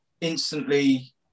instantly